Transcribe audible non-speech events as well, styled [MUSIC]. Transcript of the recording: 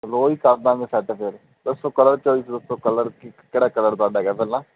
ਚਲੋ ਉਹੀ ਕਰ ਦਾਂਗੇ ਸੈੱਟ ਫਿਰ ਦੱਸੋ ਕਲਰ ਚੋਆਇਸ ਦੱਸੋ ਕਲਰ ਕੀ ਕਿਹੜਾ ਕਲਰ ਤੁਹਾਡਾ [UNINTELLIGIBLE] ਪਹਿਲਾਂ